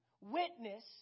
witness